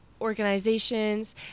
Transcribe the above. organizations